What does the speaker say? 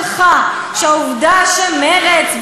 המשפט שלך שהעובדה שמרצ,